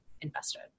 invested